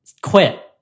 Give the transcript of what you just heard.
quit